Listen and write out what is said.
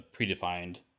predefined